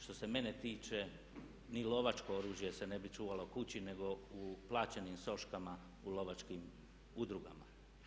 Što se mene tiče ni lovačko oružje se ne bi čuvalo kući nego u plaćenim soškama u lovačkim udrugama.